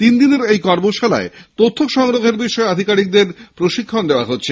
তিন দিনের এই কর্মশালায় তথ্য সংগ্রহের বিষয়ে আধিকারিকদের প্রশিক্ষণ দেওয়া হবে